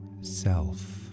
self